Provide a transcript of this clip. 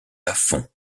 lafond